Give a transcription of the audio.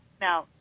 Now